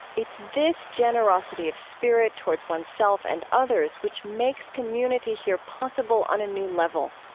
it's this generosity of spirit towards one's self and others which makes community here possible on a new level.